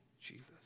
Jesus